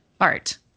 art